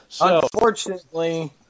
Unfortunately